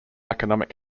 economic